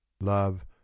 love